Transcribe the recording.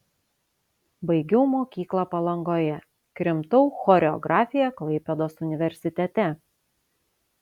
baigiau mokyklą palangoje krimtau choreografiją klaipėdos universitete